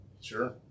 Sure